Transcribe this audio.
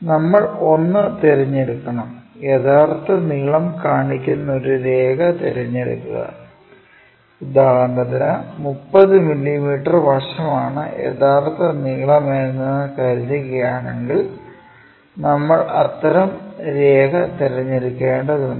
നമ്മൾ ഒന്ന് തിരഞ്ഞെടുക്കണം യഥാർത്ഥ നീളം കാണിക്കുന്ന ഒരു രേഖ തിരഞ്ഞെടുക്കുക ഉദാഹരണത്തിന് 30 മില്ലീമീറ്റർ വശമാണ് യഥാർത്ഥ നീളം എന്ന് കരുതുകയാണെങ്കിൽ നമ്മൾ അത്തരം രേഖ തിരഞ്ഞെടുക്കേണ്ടതുണ്ട്